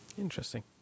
Interesting